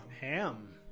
Ham